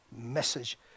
message